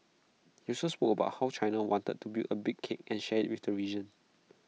he also spoke about how China wanted to build A big cake and share IT with the region